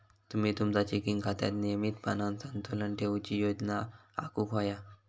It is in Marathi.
तुम्ही तुमचा चेकिंग खात्यात नियमितपणान संतुलन ठेवूची योजना आखुक व्हया